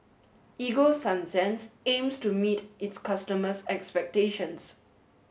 Ego Sunsense aims to meet its customers' expectations